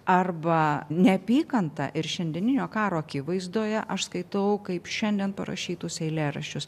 arba neapykanta ir šiandieninio karo akivaizdoje aš skaitau kaip šiandien parašytus eilėraščius